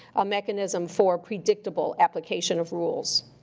a mechanism for predictable application of rules.